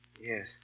Yes